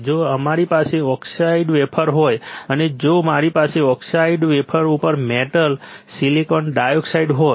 જો અમારી પાસે ઓક્સિડાઇઝ વેફર હોય અને જો મારી પાસે ઓક્સિડાઇઝ વેફર ઉપર મેટલ સિલિકોન ડાયોક્સાઇડ હોય